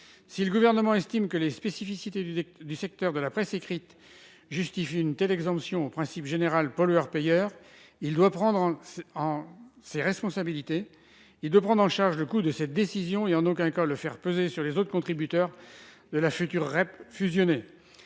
Si le Gouvernement estime que les spécificités du secteur de la presse écrite justifient une telle exemption au principe général pollueur-payeur, il doit prendre ses responsabilités et prendre en charge le coût de cette décision, mais il ne doit en aucun cas le faire peser sur les autres contributeurs de la future filière REP fusionnée.